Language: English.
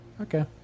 okay